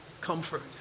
comfort